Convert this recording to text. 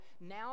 now